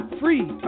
free